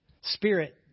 spirit